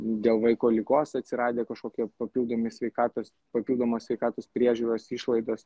dėl vaiko ligos atsiradę kažkokie papildomi sveikatos papildomos sveikatos priežiūros išlaidos